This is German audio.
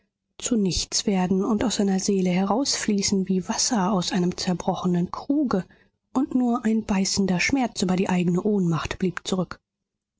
zu nichts werden und aus seiner seele herausfließen wie wasser aus einem zerbrochenen kruge und nur ein beißender schmerz über die eigene ohnmacht blieb zurück